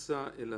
אלעזר.